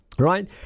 Right